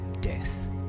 death